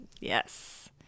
Yes